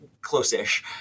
close-ish